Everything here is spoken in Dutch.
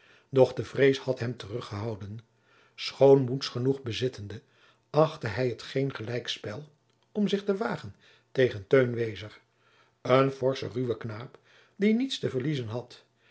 de vrees had hem teruggehouden schoon moeds genoeg bezittende achtte hij het geen gelijk spel om zich te wagen tegen teun wezer een forschen ruwen knaap die niets te verliezen had